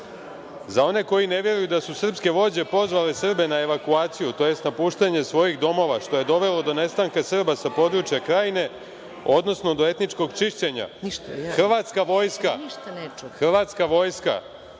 one koji ne vjeruju da su srpske vođe pozvale Srbe na evakuaciju, tj. napuštanje svojih domova, što je dovelo do nestanka Srba sa područja Krajine, odnosno do etničkog čišćenja hrvatska vojska nije